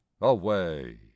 away